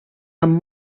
amb